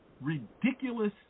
ridiculous